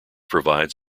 provides